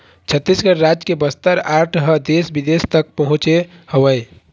छत्तीसगढ़ राज के बस्तर आर्ट ह देश बिदेश तक पहुँचे हवय